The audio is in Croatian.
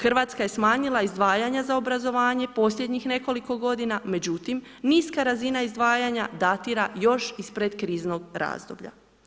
Hrvatska je smanjila izdvajanja za obrazovanje posljednjih nekoliko godina, međutim niska razina izdvajanja datira još iz pred kriznog razdoblja.